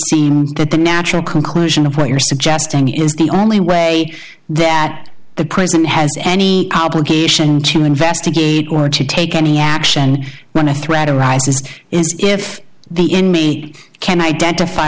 s the natural conclusion of what you're suggesting is the only way that the prison has any obligation to investigate or to take any action when a threat arises is if the inmate can identify